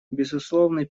безусловный